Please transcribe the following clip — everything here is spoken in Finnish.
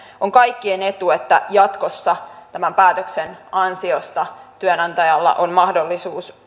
on kaikkien etu että jatkossa tämän päätöksen ansiosta työnantajalla on mahdollisuus